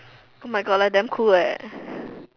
oh my god like damn cool leh